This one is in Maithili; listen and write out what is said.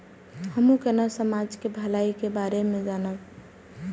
हमू केना समाज के भलाई के बारे में जानब?